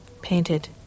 painted